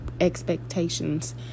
expectations